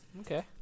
okay